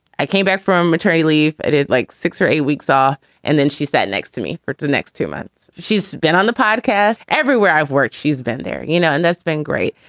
i came back from maternity leave. i did like six or eight weeks off and then she sat next to me for the next two months. she's been on the podcast. everywhere i've worked, she's been there, you know. and that's been great.